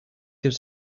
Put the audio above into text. gives